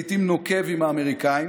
לעיתים נוקב, עם האמריקאים,